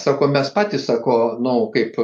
sako mes patys sako nu kaip